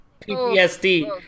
PTSD